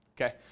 Okay